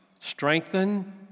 strengthen